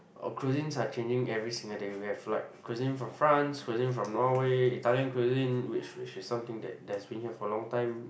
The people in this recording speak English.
a cuisines are changing every single day we have like cuisine for France cuisine from Norway Italian cuisine which which is something that that's been here for long time